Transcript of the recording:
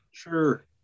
Sure